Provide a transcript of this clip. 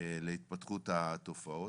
להתפתחות התופעות.